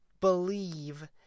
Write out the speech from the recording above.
believe